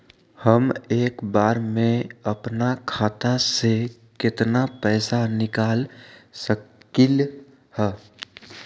हम एक बार में अपना खाता से केतना पैसा निकाल सकली ह?